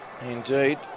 Indeed